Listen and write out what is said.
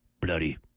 Bloody